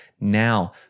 now